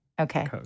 Okay